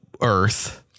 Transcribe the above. earth